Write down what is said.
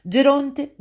Geronte